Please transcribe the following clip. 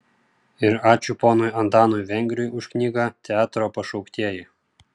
ir ačiū ponui antanui vengriui už knygą teatro pašauktieji